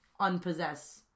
unpossess